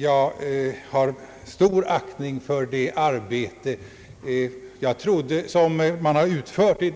Jag har stor aktning för det arbete som man har utfört 1